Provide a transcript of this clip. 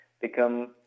become